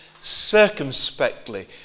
circumspectly